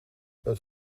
het